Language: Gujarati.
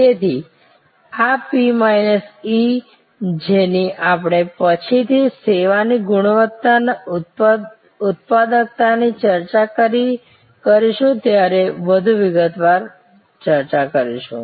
તેથી આ P માઈનસ E જેની આપણે પછીથી સેવાની ગુણવત્તા અને ઉત્પાદકતાની ચર્ચા કરીશું ત્યારે વધુ વિગતવાર ચર્ચા કરીશું